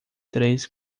três